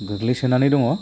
गोग्लैसोनानै दङ